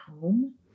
home